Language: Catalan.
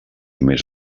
més